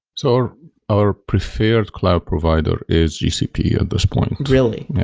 so our preferred cloud provider is gcp at this point really?